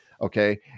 Okay